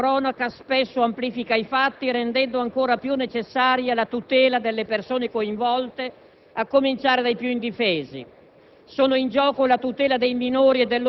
Il risalto mediatico dato alla cronaca spesso amplifica i fatti rendendo ancora più necessaria la tutela delle persone coinvolte, a cominciare dai più indifesi.